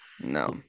no